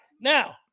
Now